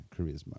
charisma